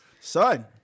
Son